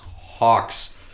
Hawks